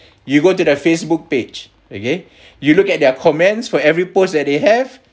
you go to their facebook page okay you look at their comments for every post that they have